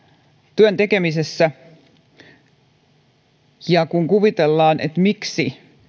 työn tekemisessä kun kuvitellaan että miksi